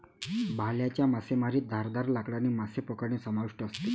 भाल्याच्या मासेमारीत धारदार लाकडाने मासे पकडणे समाविष्ट असते